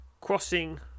Crossing